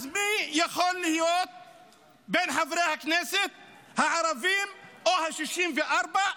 אז מי, חברי הכנסת הערבים או ה-64,